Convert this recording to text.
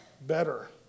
better